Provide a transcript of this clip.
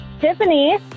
Tiffany